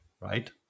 Right